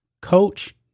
Coach